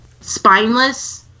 Spineless